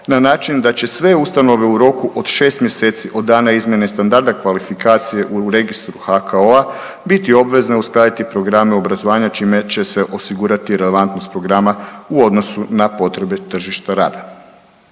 na način da će sve ustanove u roku od 6 mjeseci od dana izmjene standarda kvalifikacije u Registru HKO-a biti obvezne uskladiti programe obrazovanja, čime će se osigurati relevantnost programa u odnosu na potrebe tržišta rada.